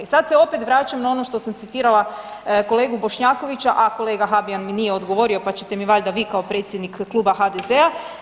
I sad se opet vraćam na ono što sam citirala kolegu Bošnjakovića, a kolega Habijan mi nije odgovorio pa ćete mi valjda vi kao predsjednik Kluba HDZ-a.